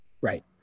right